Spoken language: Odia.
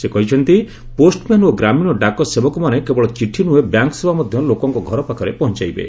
ସେ କହିଛନ୍ତି ପୋଷ୍ଟମ୍ୟାନ୍ ଓ ଗ୍ରାମୀଣ ଡାକ ସେବକମାନେ କେବଳ ଚିଠି ନୁହେଁ ବ୍ୟାଙ୍କ ସେବା ମଧ୍ୟ ଲୋକଙ୍କ ଘର ପାଖରେ ପହଞ୍ଚାଇବେ